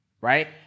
Right